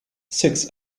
six